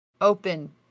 open